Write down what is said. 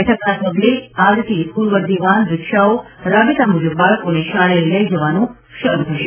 બેઠકના પગલે આજથી સ્કૂલ વર્ધી વાન રીક્ષાઓ રાબેતા મુજબ બાળકોને શાળાએ લઇ જવાનું શરૂ કરશે